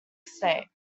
estate